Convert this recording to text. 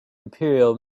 imperial